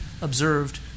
observed